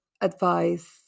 advice